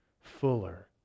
fuller